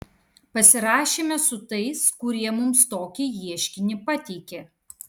pasirašėme su tais kurie mums tokį ieškinį pateikė